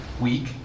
week